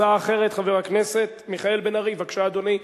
הצעה אחרת, חבר הכנסת מיכאל בו-ארי, בבקשה, אדוני.